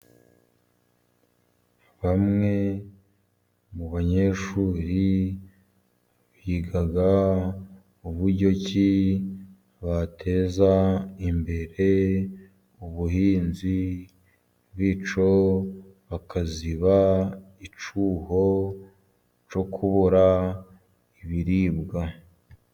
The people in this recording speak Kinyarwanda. Bamwe mu banyeshuri biga uburyo ki bateza imbere ubuhinzi, bityo bakaziba icyuho cyo kubura ibiribwa.